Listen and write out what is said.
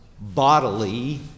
bodily